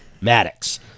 Maddox